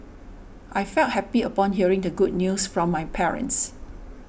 I felt happy upon hearing the good news from my parents